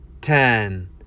ten